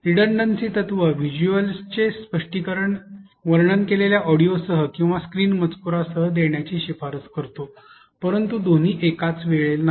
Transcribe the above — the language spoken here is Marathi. रिडंडंसी तत्त्व व्हिज्युअल चे स्पष्टीकरण वर्णन केलेल्या ऑडिओसह किंवा स्क्रीन मजकूरसह देण्याची शिफारस करतो परंतु दोन्ही एकाच वेळी नाही